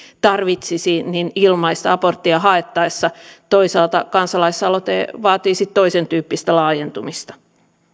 tarvitsisi ilmaista aborttia haettaessa toisaalta kansalaisaloite vaatii sitten toisentyyppistä laajentumista